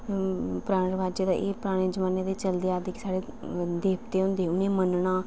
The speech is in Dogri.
अं पराने रवाजे दा एह् पराने जमाने दे चलदे आ'रदे साढ़ै देवते होंदे उनेंगी मन्नना